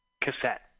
cassette